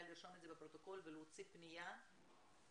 לרשום את זה בפרוטוקול ולהוציא פנייה למשרד,